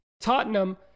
Tottenham